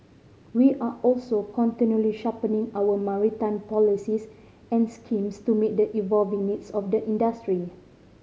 we are also continually sharpening our maritime policies and schemes to meet the evolving needs of the industry